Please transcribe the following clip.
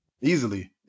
Easily